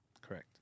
correct